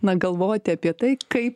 na galvoti apie tai kaip